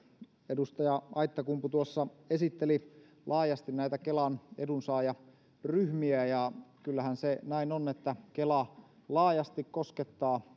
edustaja aittakumpu tuossa esitteli laajasti näitä kelan edunsaajaryhmiä ja kyllähän se näin on että kela laajasti koskettaa